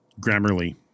Grammarly